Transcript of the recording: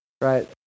Right